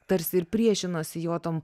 tarsi ir priešinosi jo tom